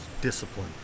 discipline